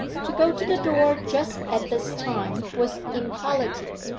to go to the door just at this time was impolitic,